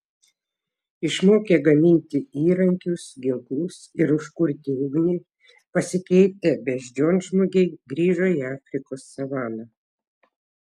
išmokę gaminti įrankius ginklus ir užkurti ugnį pasikeitę beždžionžmogiai grįžo į afrikos savaną